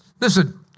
Listen